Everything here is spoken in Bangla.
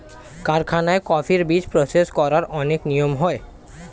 কারখানায় কফির বীজ প্রসেস করার অনেক নিয়ম হয়